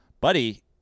buddy